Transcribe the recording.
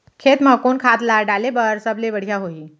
खेत म कोन खाद ला डाले बर सबले बढ़िया होही?